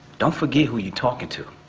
don't forget who you talking to.